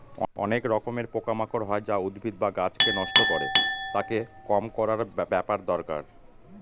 অনেক রকমের পোকা মাকড় হয় যা উদ্ভিদ বা গাছকে নষ্ট করে, তাকে কম করার ব্যাপার দরকার